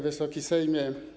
Wysoki Sejmie!